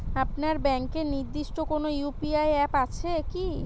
আপনার ব্যাংকের নির্দিষ্ট কোনো ইউ.পি.আই অ্যাপ আছে আছে কি?